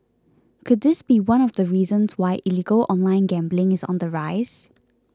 could this be one of the reasons why illegal online gambling is on the rise